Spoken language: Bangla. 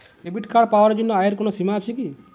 ডেবিট কার্ড পাওয়ার জন্য আয়ের কোনো সীমা আছে কি?